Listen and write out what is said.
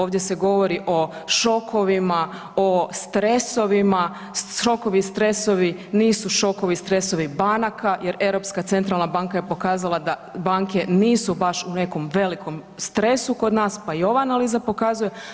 Ovdje se govori o šokovima, o stresovima, šokovi i stresovi nisu šokovi i stresovi banaka jer Europska centralna banka je pokazala da banke nisu baš u nekom velikom stresu kod nas, pa i ova analiza pokazuje.